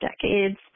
decades